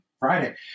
Friday